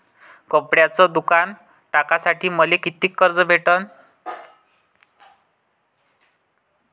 कपड्याचं दुकान टाकासाठी मले कितीक कर्ज भेटन?